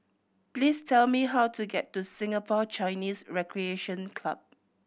please tell me how to get to Singapore Chinese Recreation Club